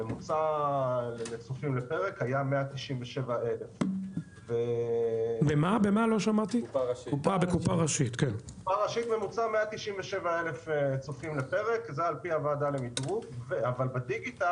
ממוצע הצופים לפרק היה 197,000. בדיגיטל,